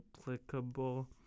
applicable